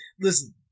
Listen